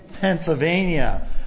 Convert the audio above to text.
Pennsylvania